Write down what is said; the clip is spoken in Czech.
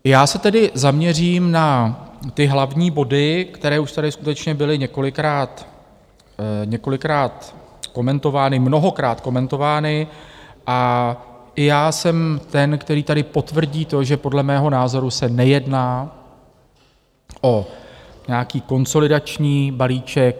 Já se tedy zaměřím na ty hlavní body, které už tady skutečně byly několikrát komentovány, mnohokrát komentovány, a i já jsem ten, který tady potvrdí to, že podle mého názoru se nejedná o nějaký konsolidační balíček.